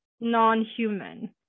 non-human